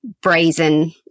brazen